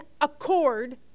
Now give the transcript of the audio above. accord